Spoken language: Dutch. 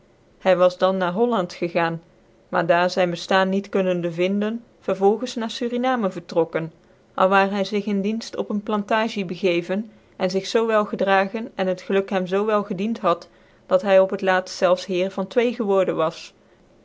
hy was dan na holland gegaan maar daar zyn beftaan niet kunnende vinden vervolgens na sarinamen vertrokken alwaar hy zig in dienft op een plantagie begeven en zig zoo wel gedragen en het geluk hem zoo wel gediend had dat hy op t laatft zelfs heer van twee geworden was